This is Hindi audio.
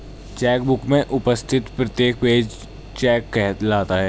चेक बुक में उपस्थित प्रत्येक पेज चेक कहलाता है